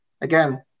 Again